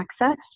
access